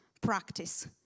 practice